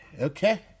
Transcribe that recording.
Okay